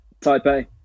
Taipei